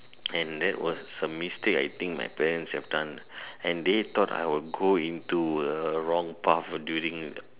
and that was a mistake I think my parents have done and they thought I would go into a wrong path during